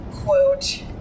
quote